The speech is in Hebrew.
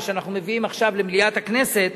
שאנחנו מביאים עכשיו למליאת הכנסת,